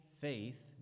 faith